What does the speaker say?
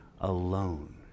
alone